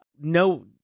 No